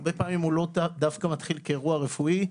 שהרבה פעמים הוא לא דווקא מתחיל כאירוע רפואי.